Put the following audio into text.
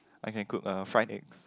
I can cook uh fried eggs